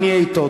אני אהיה אתו.